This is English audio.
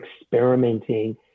experimenting